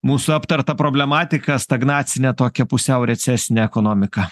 mūsų aptartą problematiką stagnacinę tokią pusiau recesinę ekonomiką